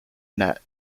net